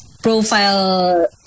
Profile